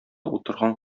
утырган